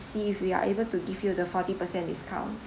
see if we're able to give you the forty percent discount